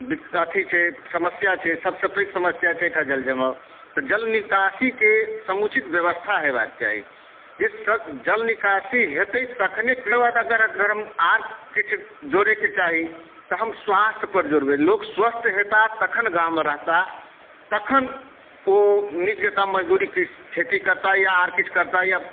अथी छै समस्या छै सभसे पैघ समस्या छै एकटा जलजमाव तऽ जलनिकासीके समुचित व्यवस्था हेबाक चाही जे जलनिकासी हेतै तखनेकिछु जोड़यके चाही तऽ हम स्वास्थ्य पर जोड़बै लोक स्वस्थ हेताह तखन गाममे रहताह तखन ओ नीक जेकाॅं मज़दूरी खेती करताह या आर किछु करताह या